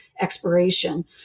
expiration